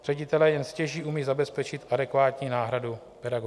Ředitelé jen stěží umí zabezpečit adekvátní náhradu pedagoga.